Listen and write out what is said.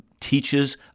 teaches